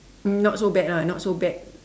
not so bad ah not so bad